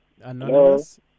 Anonymous